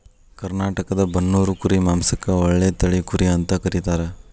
ಕರ್ನಾಟಕದ ಬನ್ನೂರು ಕುರಿ ಮಾಂಸಕ್ಕ ಒಳ್ಳೆ ತಳಿ ಕುರಿ ಅಂತ ಕರೇತಾರ